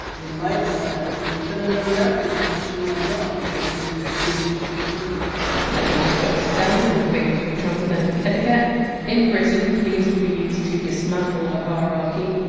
you might want to have a! please! but in an american context, you might not, because then you! d seem too subservient let me just jot this down in my big book of transatlantic etiquette in britain! please! would be used to dismantle a hierarchy,